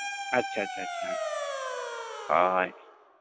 ᱟᱪᱪᱷᱟ ᱟᱪᱪᱷᱟ ᱟᱪᱪᱷᱟ ᱦᱳᱭ